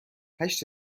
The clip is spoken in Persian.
هشت